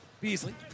Beasley